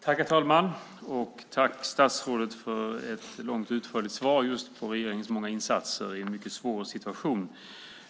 Herr talman! Jag tackar statsrådet för ett långt och utförligt svar om regeringens många insatser i en svår situation.